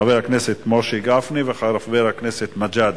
חבר הכנסת משה גפני וחבר הכנסת מג'אדלה.